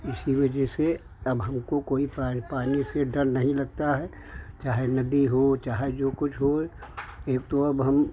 इसी वजह से अब हमको कोई तैर पाने से डर नहीं लगता है चाहे नदी हो चाहे जो कुछ हो एक तो अब हम